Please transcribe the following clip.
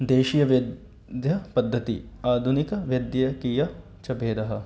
देशीय वैद्यपद्धतिः आधुनिक वैद्यकीयः च भेदः